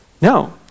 No